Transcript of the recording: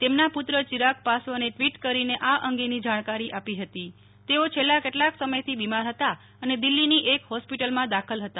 તેમના પુત્ર ચિરાગ પાસવાને ટ્વિટ કરીને આ અંગેની જાણકારી આપી હતી તેઓ છેલ્લા કેટલાક સમયથી બિમાર હતા અને દિલ્ફીની એક ફોસ્પિટલમાં દાખલ હતા